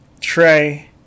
Trey